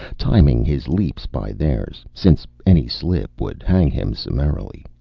timing his leaps by theirs, since any slip would hang him summarily.